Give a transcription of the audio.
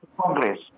Congress